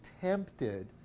tempted